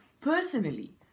personally